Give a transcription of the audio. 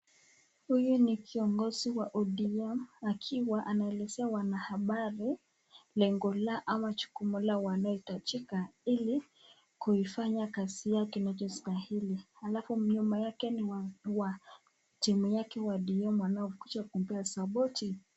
Huyu ni kiongozi wa ODM akiwa anaelezea wanahabari, lengo la ama jukumu wanaitajika ili kuifanya kazi kinacho stahili. Alafu nyuma yake ni wa timu yake wa ODM wanaokuja kumpea sapoti.